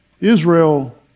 Israel